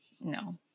No